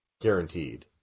Guaranteed